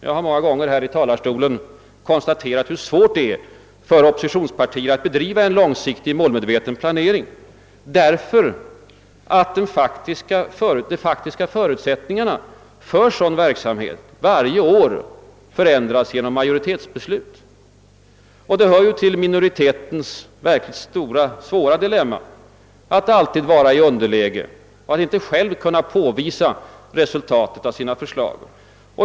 Jag har många gånger från denna talarstol konstaterat, hur svårt det är för ett oppositionsparti att bedriva en långsiktig, målmedveten planering därför att de faktiska förutsättningarna för sådan verksamhet varje år förändras genom majoritetsbeslut. Det hör till minoritetens verkligt svåra dilemma att alltid befinna sig i underläge och att inte själv kunna påvisa resultat av sina förslag.